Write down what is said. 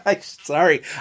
sorry